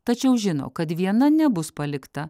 tačiau žino kad viena nebus palikta